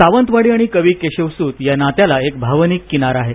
सावंतवाडी आणि कवी केशवसुत या नात्याला एक भावनिक किनार आहे